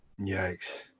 Yikes